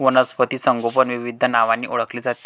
वनस्पती संगोपन विविध नावांनी ओळखले जाते